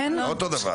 זה לא אותו דבר.